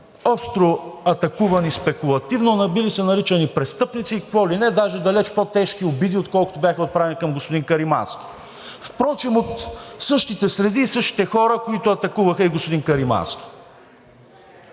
остро атакувани спекулативно. Били са наричани престъпници и какво ли не, даже далеч по тежки обиди, отколкото бяха отправени към господин Каримански. Впрочем от същите среди и същите хора, които атакуваха и господин Каримански.